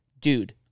Dude